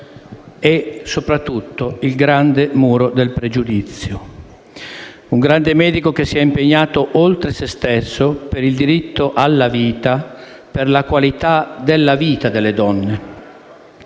e, soprattutto, il grande muro del pregiudizio. Un grande medico, che si è impegnato oltre se stesso per il diritto alla vita e per la qualità della vita delle donne.